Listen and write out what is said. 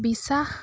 বিশ্বাস